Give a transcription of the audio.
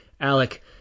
Alec